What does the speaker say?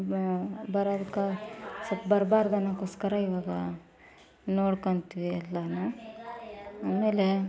ಬರೋದ್ಕೆ ಸ್ವಲ್ಪ ಬರ್ಬಾರ್ದು ಅನ್ನೊಕ್ಕೋಸ್ಕರ ಇವಾಗ ನೋಡ್ಕೊಳ್ತೀವಿ ಎಲ್ಲನೂ ಆಮೇಲೆ